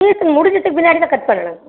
season முடிஞ்சதுக்கு பின்னாடி தான் கட் பண்ணணும்ங்க